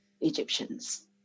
Egyptians